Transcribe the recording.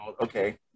okay